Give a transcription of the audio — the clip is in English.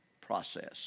process